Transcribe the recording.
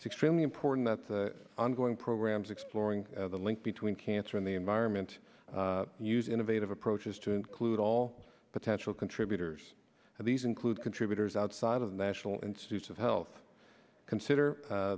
it's extremely important that the ongoing programs exploring the link between cancer and the environment use innovative approaches to include all potential contributors and these include contributors outside of the national institutes of health consider